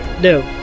No